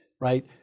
Right